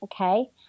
Okay